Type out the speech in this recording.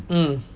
mm